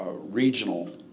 regional